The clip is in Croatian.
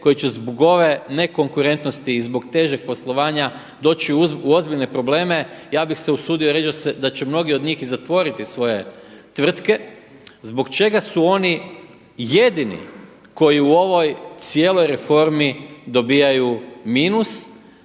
koji će zbog ove nekonkurentnosti i zbog težeg poslovanja doći u ozbiljne probleme. Ja bih se usudio reći da će mnogi od njih i zatvoriti svoje tvrtke. Zbog čega su oni jedini koji u ovoj cijeloj reformi dobijaju minus,